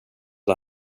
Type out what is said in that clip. det